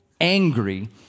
angry